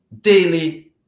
daily